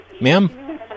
Ma'am